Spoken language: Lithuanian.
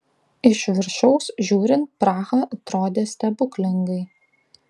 iš viršaus žiūrint praha atrodė stebuklingai